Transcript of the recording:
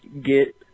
get